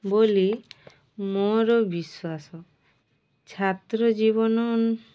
ବୋଲି ମୋର ବିଶ୍ୱାସ ଛାତ୍ର ଜୀବନ